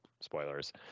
spoilers